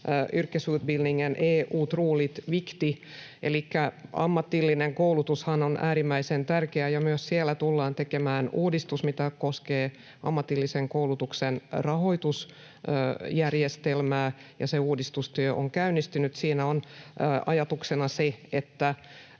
Yrkesutbildningen är otroligt viktig. Elikkä ammatillinen koulutushan on äärimmäisen tärkeää, ja myös siellä tullaan tekemään uudistus, joka koskee ammatillisen koulutuksen rahoitusjärjestelmää. Se uudistustyö on käynnistynyt. Siinä on ajatuksena se, että